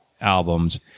albums